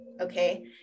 Okay